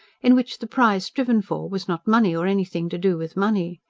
in which the prize striven for was not money or anything to do with money.